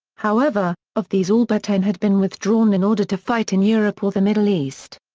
however, of these all but ten had been withdrawn in order to fight in europe or the middle east.